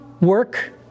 Work